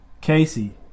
Casey